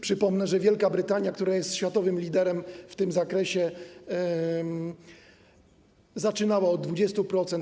Przypomnę, że Wielka Brytania, która jest światowym liderem w tym zakresie, zaczynała od 20%.